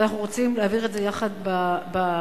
ואנחנו רוצים להעביר את זה יחד בוועדה,